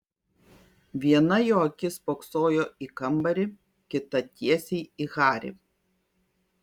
viena jo akis spoksojo į kambarį kita tiesiai į harį